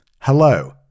Hello